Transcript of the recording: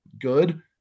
good